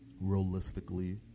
realistically